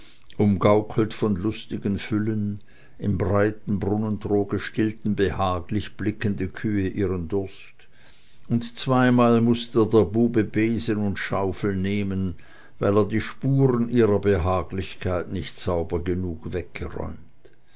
umgaukelt von lustigen füllen im breiten brunnentroge stillten behaglich blickende kühe ihren durst und zweimal mußte der bube besen und schaufel nehmen weil er die spuren ihrer behaglichkeit nicht sauber genug weggeräumt